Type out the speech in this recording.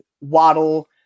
Waddle